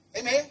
Amen